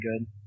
good